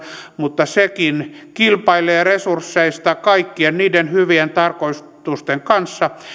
mutta sekin kilpailee resursseista kaikkien niiden hyvien tarkoitusten kanssa